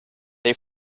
they